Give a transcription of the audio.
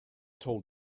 told